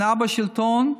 שנה בשלטון,